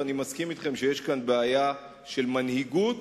ואני מסכים אתכם שיש כאן בעיה של מנהיגות,